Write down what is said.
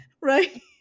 Right